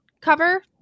cover